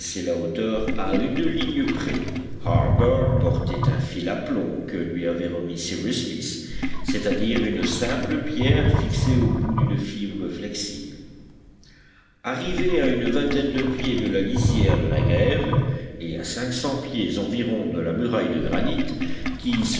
la hauteur à une ligne près harbert portait un fil à plomb que lui avait remis cyrus smith c'est-à-dire une simple pierre fixée au bout d'une fibre flexible arrivé à une vingtaine de pieds de la lisière de la grève et à cinq cents pieds environ de la muraille de granit qui